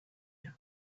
you